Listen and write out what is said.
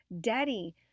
daddy